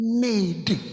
made